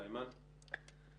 חברת הכסת ח'טיב יאסין, בבקשה.